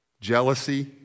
jealousy